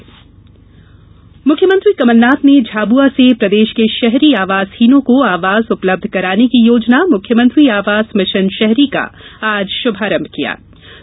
मुख्यमंत्री आवास मुख्यमंत्री कमलनाथ झाबुआ से प्रदेश के शहरी आवासहीनों को आवास उपलब्ध कराने की योजना मुख्यमंत्री आवास मिशन शहरी का आज शुभारंभ कर रहे हैं